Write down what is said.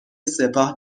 سپاه